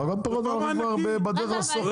בירקות ופירות אנחנו כבר בדרך לסוף.